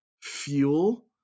fuel